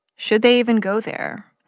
should they even go there?